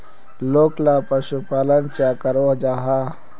लोकला पशुपालन चाँ करो जाहा?